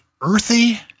earthy